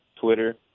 Twitter